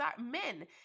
men